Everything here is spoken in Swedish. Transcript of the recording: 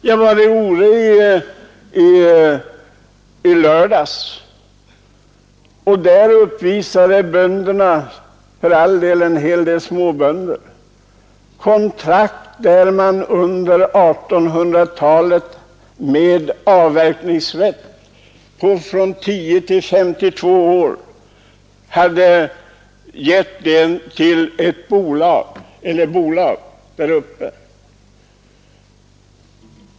Jag var i Ore i lördags, och där uppvisade bönderna — för all del många småbönder — kontrakt enligt vilka man under 1800-talet på från 10 till 52 år hade gett avverkningsrätten till bolag där uppe.